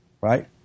right